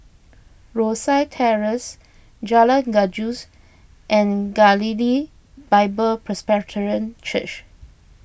Rosyth Terrace Jalan Gajus and Galilee Bible Presbyterian Church